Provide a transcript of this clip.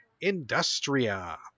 Industria